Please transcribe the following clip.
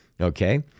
Okay